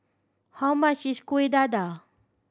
how much is Kueh Dadar